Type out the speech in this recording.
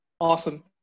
Awesome